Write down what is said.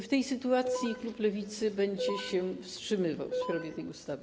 W tej sytuacji klub Lewicy będzie się wstrzymywał w sprawie tej ustawy.